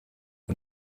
und